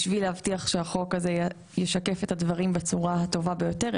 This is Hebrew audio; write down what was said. בשביל להבטיח שהחוק הזה יישקף את הדברים בצורה הטובה ביותר.